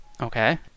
Okay